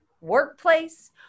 workplace